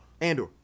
Andor